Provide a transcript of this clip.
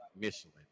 Michelin